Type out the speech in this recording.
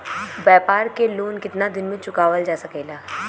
व्यापार के लोन कितना दिन मे चुकावल जा सकेला?